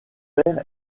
père